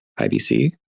ibc